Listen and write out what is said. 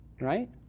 right